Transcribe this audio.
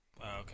okay